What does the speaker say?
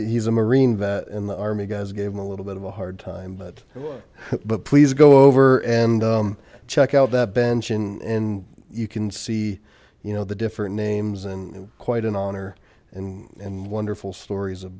he's a marine vet and the army guys gave him a little bit of a hard time but but please go over and check out that bench in you can see you know the different names and quite an honor and wonderful stories of